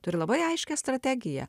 turi labai aiškią strategiją